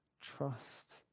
Trust